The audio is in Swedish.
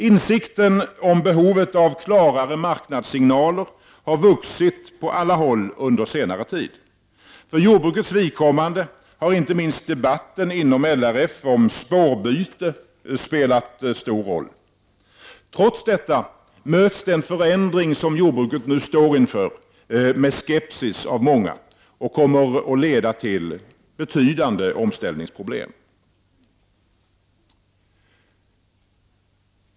Insikten om behovet av klarare marknadssignaler har vuxit på alla håll under senare tid. För jordbrukets vidkommande har inte minst debatten inom LRF om ”spårbyte” spelat stor roll. Trots detta möts den förändring som jordbruket nu står inför med skepsis av många, och den kommer att leda till betydande omställningsproblem.